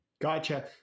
Gotcha